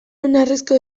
oinarrizko